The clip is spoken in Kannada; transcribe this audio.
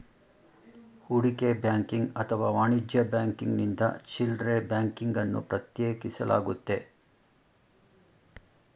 ಹೂಡಿಕೆ ಬ್ಯಾಂಕಿಂಗ್ ಅಥವಾ ವಾಣಿಜ್ಯ ಬ್ಯಾಂಕಿಂಗ್ನಿಂದ ಚಿಲ್ಡ್ರೆ ಬ್ಯಾಂಕಿಂಗ್ ಅನ್ನು ಪ್ರತ್ಯೇಕಿಸಲಾಗುತ್ತೆ